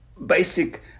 basic